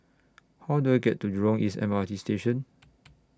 How Do I get to Jurong East M R T Station